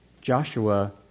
Joshua